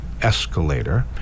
escalator